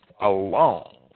alone